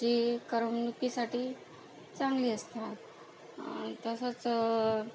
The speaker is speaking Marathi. जी करमणुकीसाठी चांगली असतात तसंच